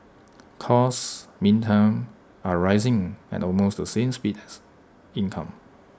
costs meantime are rising at almost the same speed as income